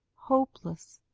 hopeless,